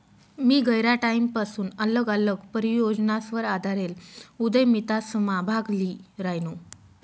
मी गयरा टाईमपसून आल्लग आल्लग परियोजनासवर आधारेल उदयमितासमा भाग ल्ही रायनू